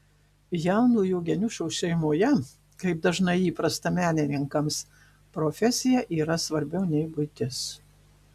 jaunojo geniušo šeimoje kaip dažnai įprasta menininkams profesija yra svarbiau nei buitis